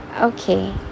okay